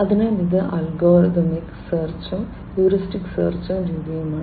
അതിനാൽ ഇത് അൽഗോരിതമിക് സെർച്ചും ഹ്യൂറിസ്റ്റിക് സെർച്ച് രീതിയുമാണ്